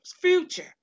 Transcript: future